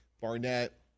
Barnett